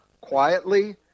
quietly